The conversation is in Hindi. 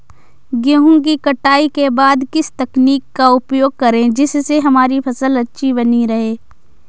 गेहूँ की कटाई के बाद किस तकनीक का उपयोग करें जिससे हमारी फसल अच्छी बनी रहे?